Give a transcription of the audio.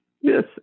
yes